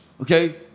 Okay